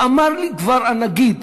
אמר לי כבר הנגיד,